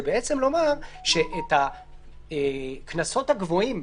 זה לומר שאת הקנסות הגבוהים,